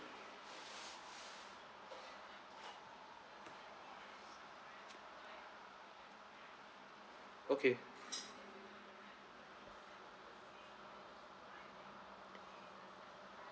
okay